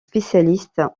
spécialistes